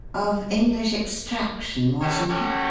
of english extraction, wasn't he?